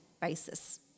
basis